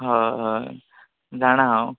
हय हय जाणां हांव